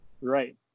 Right